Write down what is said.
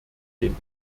den